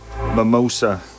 Mimosa